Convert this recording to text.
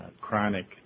chronic